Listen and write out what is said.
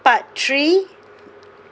part three